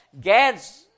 Gad's